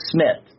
Smith